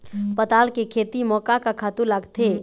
पताल के खेती म का का खातू लागथे?